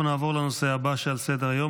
אנחנו נעבור לנושא הבא שעל סדר-היום,